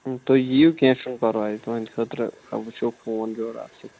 تُہۍ یِیِو کیٚنہہ چھُنہٕ پَرواے تُہٕنٛدۍ خٲطرٕ وٕچھو فون جورٕ اَصٕل